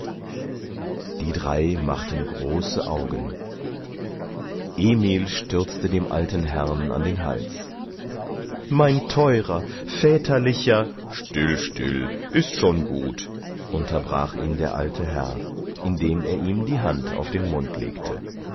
die drei machten große augen emil stürzte dem alten herrn an den hals mein teurer väterlicher still still ist schon gut unterbrach ihn der alte herr indem er ihm die hand auf den mund legte